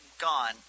gone